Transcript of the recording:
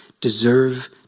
deserve